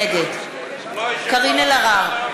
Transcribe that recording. נגד קארין אלהרר,